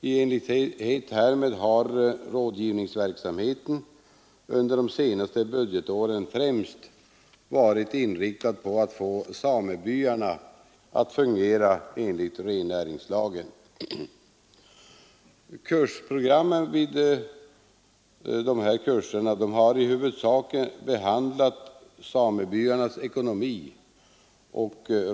I enlighet härmed har rådgivningsverksamheten under de senaste budgetåren främst varit inriktad på att få samebyarna att fungera enligt rennäringslagen. Rådgivningen har huvudsakligen skett som grupprådgivning genom kurser av olika längd.